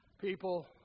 people